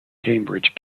cambridge